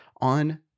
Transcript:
on